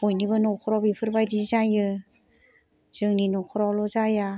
बयनिबो न'खनाव बेफोरबादि जायो जोंनि न'खरावल' जाया